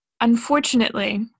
unfortunately